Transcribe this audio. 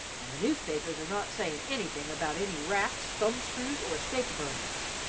and the newspapers are not sayin' anything about any racks, thumb-screws, or stake-burnin's,